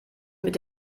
mit